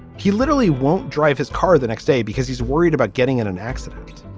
he literally won't drive his car the next day because he's worried about getting in an accident